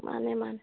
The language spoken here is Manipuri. ꯃꯥꯅꯦ ꯃꯥꯅꯦ